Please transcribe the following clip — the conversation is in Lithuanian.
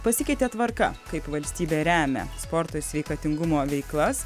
pasikeitė tvarka kaip valstybė remia sporto ir sveikatingumo veiklas